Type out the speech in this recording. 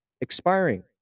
expiring